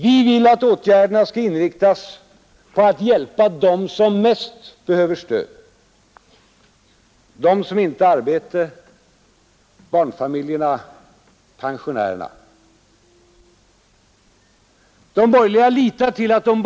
Vi vill att åtgärderna skall inriktas på att hjälpa dem som mest behöver stöd, dem som inte har arbete, barnfamiljerna, pensionärerna. De borgerliga litar till andra åtgärder.